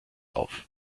auf